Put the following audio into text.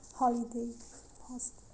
holiday positive